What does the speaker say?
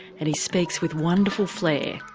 and he speaks with wonderful flair.